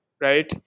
right